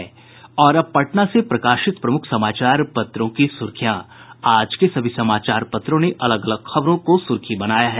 और अब पटना से प्रकाशित प्रमुख समाचार पत्रों की सुर्खियां आज के सभी समाचार पत्रों ने अलग अलग खबरों को सुर्खी बनाया है